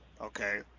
Okay